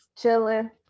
chilling